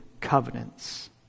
covenants